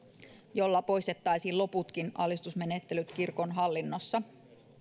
jolla poistettaisiin loputkin alistusmenettelyt kirkon hallinnossa